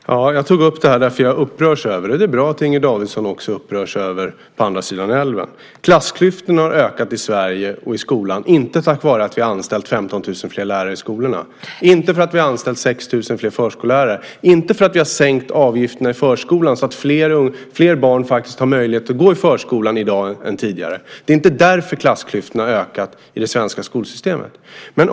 Fru talman! Jag tog upp exemplet På andra sidan älven för att jag upprörs över det. Det är bra att Inger Davidson också upprörs över det. Klassklyftorna har ökat i Sverige och i skolan, men inte för att vi anställt 15 000 fler lärare i skolorna, inte för att vi anställt 6 000 fler förskollärare, inte för att vi sänkt avgifterna i förskolan så att fler barn i dag har möjlighet att gå där än tidigare. Det är inte därför klassklyftorna ökat i det svenska skolsystemet.